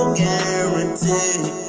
guaranteed